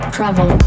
Travel